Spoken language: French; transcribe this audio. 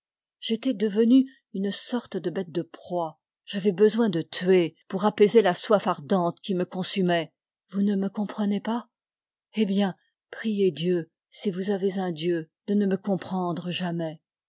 j'étais devenu une sorte de bête de proie j'avais besoin de tuer pour apaiser la soif ardente qui me consumait vous ne me comprenez pas eh bien priez dieu si vous avez un dieu de ne me comprendre jamais